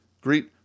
greet